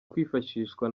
kwifashishwa